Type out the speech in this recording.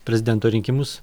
prezidento rinkimus